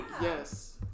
yes